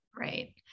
Right